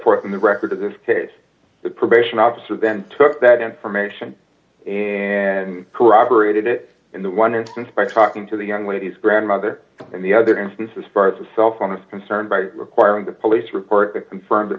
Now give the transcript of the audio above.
forth in the record of this case the probation officer then took that information and corroborated it in that one instance by talking to the young lady's grandmother and the other instances far as the cell phone is concerned by requiring the police report to confirm that